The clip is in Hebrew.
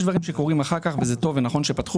יש דברים שקורים אחר כך וזה טוב ונכון שפתחו